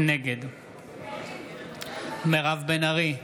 נגד מירב בן ארי,